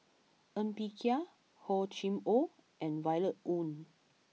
Ng Bee Kia Hor Chim Or and Violet Oon